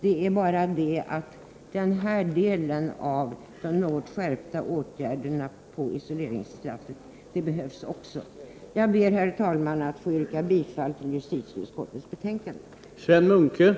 Det är bara det att den här skärpningen av isoleringsbestämmelserna också behövs. Jag ber, herr talman, att få yrka bifall till utskottets hemställan i justitieutskottets betänkande nr 26.